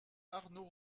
arnaud